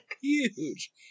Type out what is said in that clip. huge